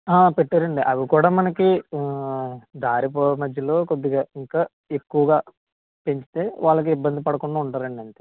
పెట్టారు అండి అవి కూడా మనకి దారి మధ్యలో కొద్దిగా ఇంకా ఎక్కువగా పెంచితే వాళ్ళకి ఇబ్బంది పడకుండా ఉంటారు అండి అంతే